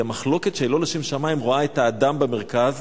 כי המחלוקת שהיא לא לשם שמים רואה את האדם במרכז,